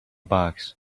box